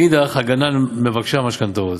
לעומת זאת, הגנה על מבקשי המשכנתאות,